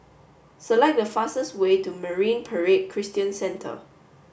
select the fastest way to Marine Parade Christian Centre